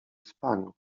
spaniu